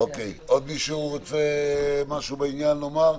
עוד מישהו רוצה לומר משהו בעניין?